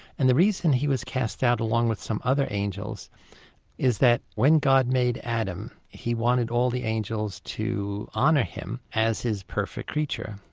and the reason he was cast out along with some other angels is that when god made adam he wanted all the angels to honour him as his perfect creature.